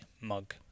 mug